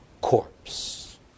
corpse